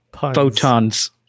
Photons